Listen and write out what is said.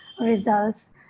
results